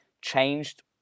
changed